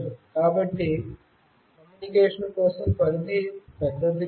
కాబట్టి కమ్యూనికేషన్ కోసం పరిధి పెద్దది కాదు